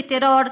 לטרור,